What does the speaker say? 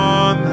on